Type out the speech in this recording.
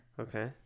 Okay